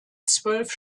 zwölf